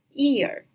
ear